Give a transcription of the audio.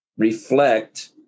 reflect